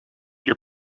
your